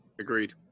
Agreed